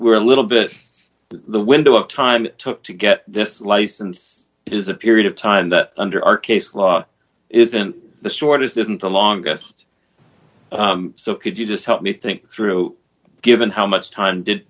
were a little bit the window of time it took to get the license is a period of time that under our case law isn't the shortest isn't the longest so could you just help me think through given how much time did